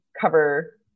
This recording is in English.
cover